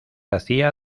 hacía